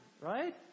right